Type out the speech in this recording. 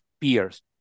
peers